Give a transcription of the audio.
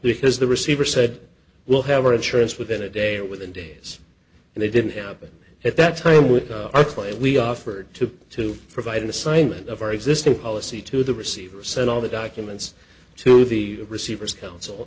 because the receiver said we'll have our insurance within a day or within days and they didn't happen at that time with our claim we offered to to provide an assignment of our existing policy to the receiver sent all the documents to the receivers council